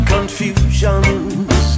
Confusions